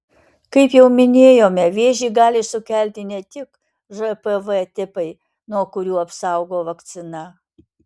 kaip jau minėjome vėžį gali sukelti ne tik žpv tipai nuo kurių apsaugo vakcina